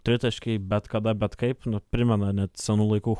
tritaškiai bet kada bet kaip nu primena net senų laikų